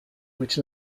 which